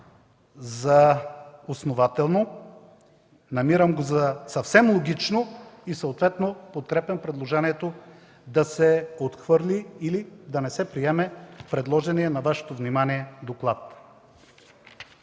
за основателно, намирам го за съвсем логично и съответно подкрепям предложението да се отхвърли или да не се приеме предложеният на Вашето внимание доклад.